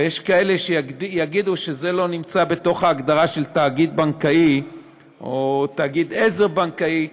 יש כאלה שיגידו שזה לא נמצא בהגדרה של תאגיד בנקאי או תאגיד עזר בנקאי.